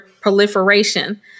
proliferation